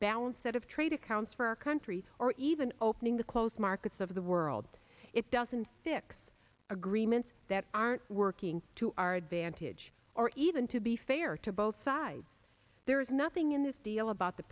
balanced set of trade accounts for our country or even opening the close markets of the world it doesn't fix agreements that aren't working to our advantage or even to be fair to both sides there's nothing in this deal about the